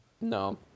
No